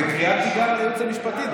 זו קריאת תיגר על הייעוץ המשפטי,